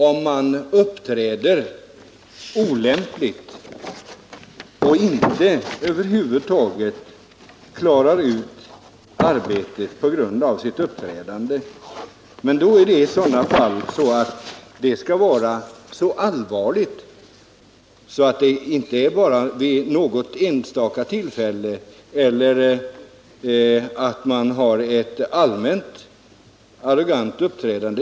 Om någon uppträder olämpligt och över huvud taget inte klarar arbetet på grund av sitt uppträdande och detta är en bestående företeelse kan det vara orsak till uppsägning, men då skall det vara sådana allvarliga fall som inte gäller bara något enstaka tillfälle eller att personen har ett allmänt arrogant uppträdande.